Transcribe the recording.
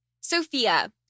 Sophia